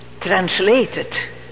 translated